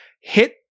hit